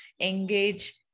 engage